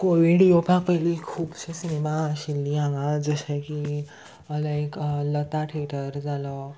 Covid येवपा पयलीं खुबशीं सिनेमा आशिल्लीं हांगा जशें की लायक लता थिएटर जालो